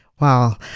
Wow